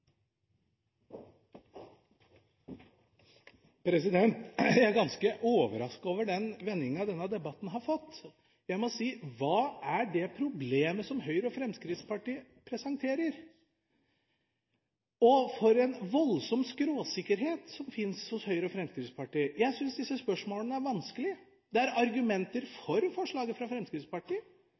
det problemet som Høyre og Fremskrittspartiet presenterer? Og for en voldsom skråsikkerhet som finnes hos Høyre og Fremskrittspartiet. Jeg synes disse spørsmålene er vanskelige. Det er argumenter for forslaget fra Fremskrittspartiet,